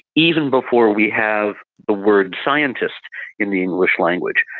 even before we have the word scientist in the english language.